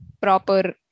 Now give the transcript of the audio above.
proper